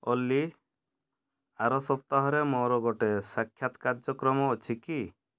ଓଲ୍ଲୀ ଆର ସପ୍ତାହରେ ମୋର ଗୋଟେ ସାକ୍ଷାତ କାର୍ଯ୍ୟକ୍ରମ ଅଛି କି